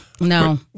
No